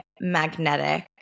magnetic